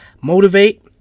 motivate